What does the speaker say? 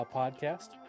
podcast